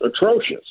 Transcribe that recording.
atrocious